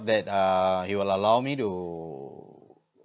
that uh he will allow me to